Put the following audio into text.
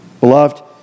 Beloved